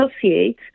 associate